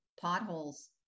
Potholes